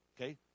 okay